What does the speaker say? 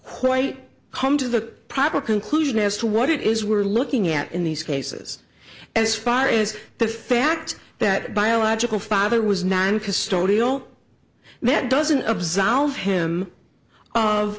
quite come to the proper conclusion as to what it is we're looking at in these cases as far is the fact that the biological father was non custodial that doesn't absolve him of